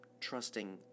trusting